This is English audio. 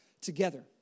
together